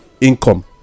income